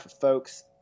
folks